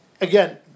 again